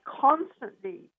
constantly